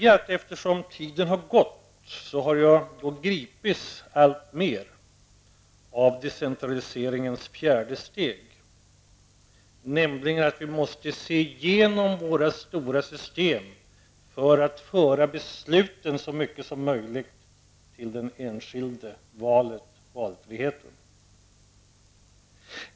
Allteftersom tiden har gått har jag gripits alltmer av decentraliseringens fjärde steg, nämligen att vi måste se igenom våra stora system för att föra besluten så mycket som möjligt till den enskilde, för att få valfrihet.